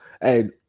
Hey